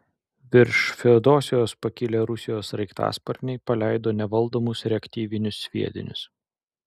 virš feodosijos pakilę rusijos sraigtasparniai paleido nevaldomus reaktyvinius sviedinius